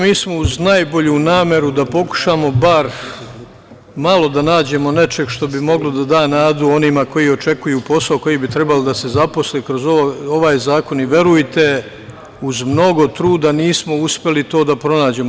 Mi smo uz najbolju nameru da pokušamo bar malo da nađemo nešto što bi moglo da da nadu onima koji očekuju posao, koji bi trebalo da se zaposle kroz ovaj zakon i, verujte, uz mnogo truda nismo uspeli to da pronađemo.